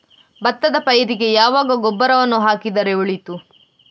ಭತ್ತದ ಪೈರಿಗೆ ಯಾವಾಗ ಗೊಬ್ಬರವನ್ನು ಹಾಕಿದರೆ ಒಳಿತು?